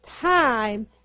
Time